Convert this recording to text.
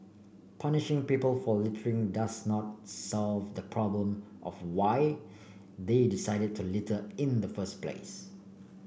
punishing people for littering does not solve the problem of why they decided to litter in the first place